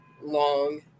long